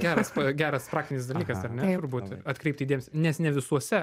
geras geras praktinis dalykas ar ne turbūt atkreipti dėmesį nes ne visuose